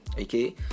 okay